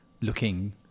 looking